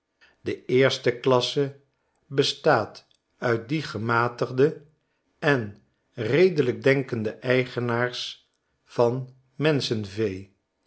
de eerste klasse bestaat uit die gematigde en redelijkdenkende eigenaars van menschenvee